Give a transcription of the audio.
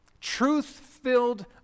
truth-filled